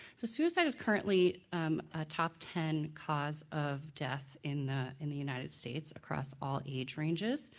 so suicide is currently a top ten cause of death in the in the united states, across all age ranges,